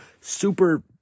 super